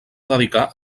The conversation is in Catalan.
dedicar